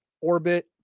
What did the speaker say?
orbit